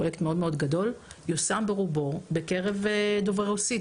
פרויקט גדול מאוד יושם ברובו בקרב דוברי רוסית,